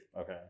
okay